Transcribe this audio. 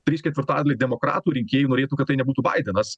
trys ketvirtadaliai demokratų rinkėjų norėtų kad tai nebūtų baidenas